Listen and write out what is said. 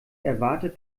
erwartet